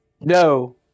No